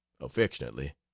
Affectionately